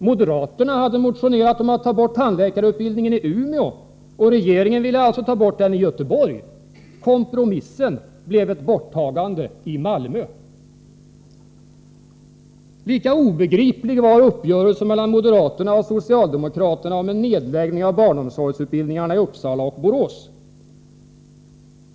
Moderaterna hade motionerat om att ta bort tandläkarutbildningen i Umeå, och regeringen ville alltså ta bort den i Göteborg. ”Kompromissen” blev ett borttagande i Malmö! Lika obegriplig var uppgörelsen mellan moderaterna och socialdemokraterna om en nedläggning av barnomsorgsutbildningarna i Uppsala och Borås.